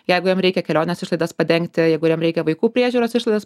jeigu jam reikia kelionės išlaidas padengti jeigu jam reikia vaikų priežiūros išlaidas